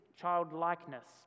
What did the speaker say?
childlikeness